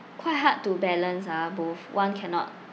quite hard to balance ah both one cannot